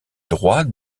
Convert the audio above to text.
droits